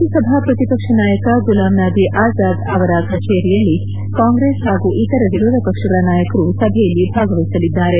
ರಾಜ್ಯಸಭಾ ಪ್ರತಿಪಕ್ಷ ನಾಯಕ ಗುಲಾಂ ನಭಿ ಅಜಾದ್ ಅವರ ಕಚೇರಿಯಲ್ಲಿ ಕಾಂಗ್ರೆಸ್ ಹಾಗೂ ಇತರ ವಿರೋಧ ಪಕ್ಷಗಳ ನಾಯಕರು ಸಭೆಯಲ್ಲಿ ಭಾಗವಹಿಸಲಿದ್ದಾರೆ